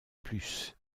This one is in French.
plus